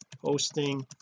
hosting